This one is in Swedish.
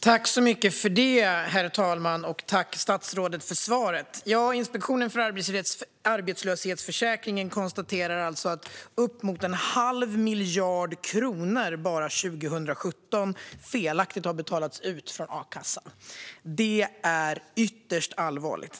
Herr talman! Tack, statsrådet, för svaret! Inspektionen för arbetslöshetsförsäkringen konstaterar alltså att uppemot en halv miljard kronor bara 2017 felaktigt har betalats ut från akassan. Det är ytterst allvarligt.